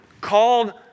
called